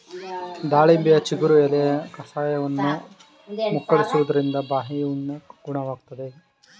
ದಾಳಿಂಬೆಯ ಚಿಗುರು ಎಲೆಯ ಕಷಾಯವನ್ನು ಮುಕ್ಕಳಿಸುವುದ್ರಿಂದ ಬಾಯಿಹುಣ್ಣು ಗುಣವಾಗ್ತದೆ